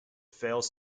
fails